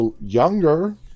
younger